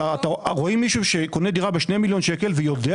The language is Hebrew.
רואים מישהו שקונה דירה ב-2 מיליון שקלים ויודע